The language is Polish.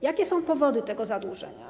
Jakie są powody tego zadłużenia?